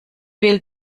will